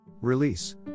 Release